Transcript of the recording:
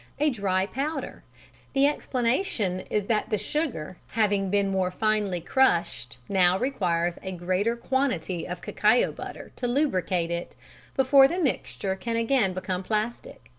a dry powder the explanation is that the sugar having been more finely crushed now requires a greater quantity of cacao butter to lubricate it before the mixture can again become plastic.